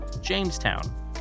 Jamestown